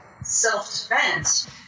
self-defense